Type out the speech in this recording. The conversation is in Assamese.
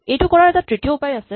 এইটো কৰাৰ এটা তৃতীয় উপায় আছে